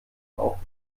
auch